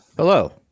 Hello